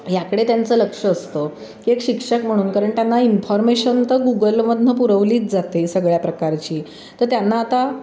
याकडे त्यांचं लक्ष असतं की एक शिक्षक म्हणून कारण त्यांना इन्फॉर्मेशन तर गुगलमधून पुरवलीच जाते सगळ्या प्रकारची तर त्यांना आता